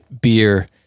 beer